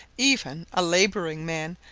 even a labouring man,